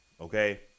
Okay